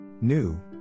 New